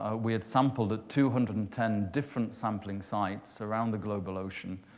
ah we had sampled at two hundred and ten different sampling sites around the global ocean.